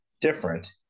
different